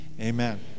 Amen